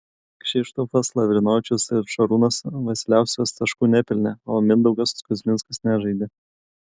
kšištofas lavrinovičius ir šarūnas vasiliauskas taškų nepelnė o mindaugas kuzminskas nežaidė